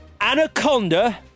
Anaconda